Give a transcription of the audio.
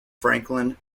franklin